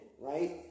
right